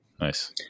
Nice